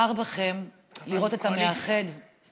בחר בכם לראות את המאחד, הקואליציה.